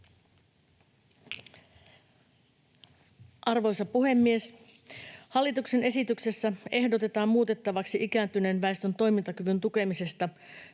rouva puhemies! Esityksessä ehdotetaan muutettavaksi ikääntyneen väestön toimintakyvyn tukemisesta